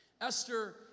Esther